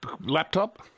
laptop